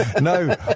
No